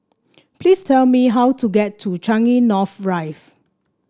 please tell me how to get to Changi North Rise